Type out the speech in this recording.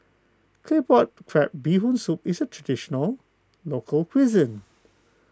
Claypot Crab Bee Hoon Soup is a Traditional Local Cuisine